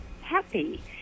Happy